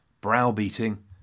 browbeating